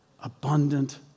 abundant